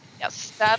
Yes